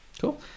Cool